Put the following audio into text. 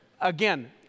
Again